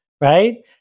right